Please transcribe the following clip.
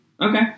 Okay